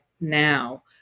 now